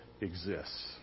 exists